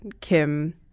Kim